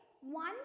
One